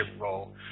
role